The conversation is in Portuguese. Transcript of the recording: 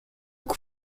que